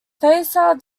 faisal